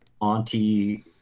Auntie